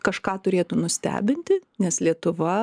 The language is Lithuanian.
kažką turėtų nustebinti nes lietuva